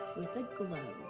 with the globe.